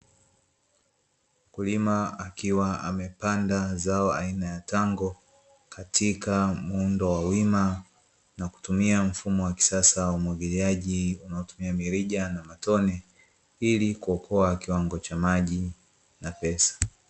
Mkulima akiwa amepanda zao aina ya tango, katika muundo wa wima na kutumia mfumo wa kisasa wa umwagiliaji unaotumia mirija na matone, ili kuokoa kiwango cha maji na pesa.